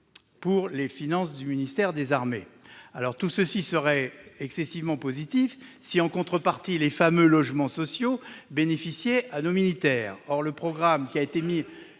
pour les finances du ministère des armées. Scandaleux ! Tout cela serait excessivement positif si, en contrepartie, les fameux logements sociaux bénéficiaient à nos militaires. Ils sont mal logés